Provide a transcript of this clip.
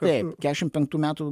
kaip keturiasdešimt penktų metų